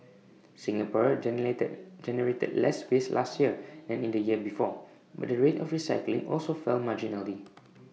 Singapore generated less waste last year than in the year before but the rate of recycling also fell marginally